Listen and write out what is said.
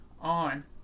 on